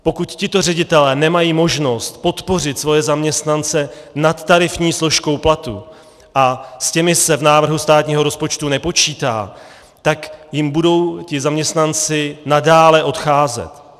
Pokud tito ředitelé nemají možnost podpořit svoje zaměstnance nadtarifní složkou platů, a s těmi se v návrhu státního rozpočtu nepočítá, tak jim budou zaměstnanci nadále odcházet.